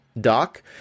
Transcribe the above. dock